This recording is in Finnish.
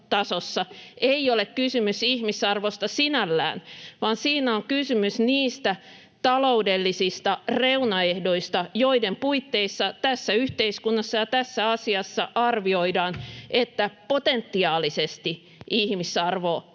ei ole kysymys ihmisarvosta sinällään, vaan siinä on kysymys niistä taloudellisista reunaehdoista, joiden puitteissa tässä yhteiskunnassa ja tässä asiassa arvioidaan, että potentiaalisesti ihmisarvoinen